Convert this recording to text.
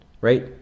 right